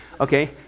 Okay